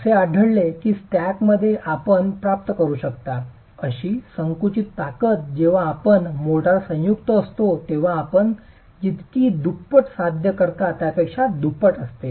असे आढळले आहे की स्टॅकमध्ये आपण प्राप्त करू शकता अशी संकुचित ताकद जेव्हा आपण मोर्टार संयुक्त असतो तेव्हा आपण जितकी दुप्पट साध्य करता त्यापेक्षा दुप्पट असते